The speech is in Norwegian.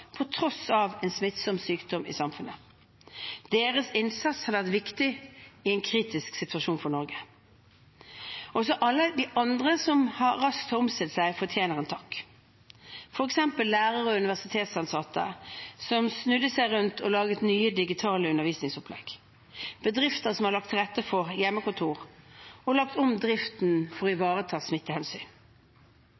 på tross av en smittsom sykdom i samfunnet. Deres innsats har vært viktig i en kritisk situasjon for Norge. Også alle de andre som raskt har omstilt seg, fortjener en takk, f.eks. lærere og universitetsansatte, som snudde seg rundt og laget nye, digitale undervisningsopplegg, bedrifter som har lagt til rette for hjemmekontor, og som har lagt om driften for å